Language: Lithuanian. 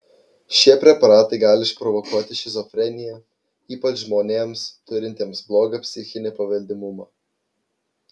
šie preparatai gali išprovokuoti šizofreniją ypač žmonėms turintiems blogą psichinį paveldimumą